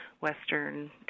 western